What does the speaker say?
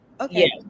Okay